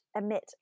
emit